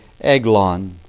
Eglon